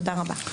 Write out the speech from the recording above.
תודה רבה.